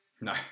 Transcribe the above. No